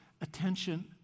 attention